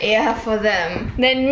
ya for them